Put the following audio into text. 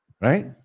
Right